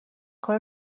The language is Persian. کار